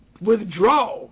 withdraw